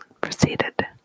proceeded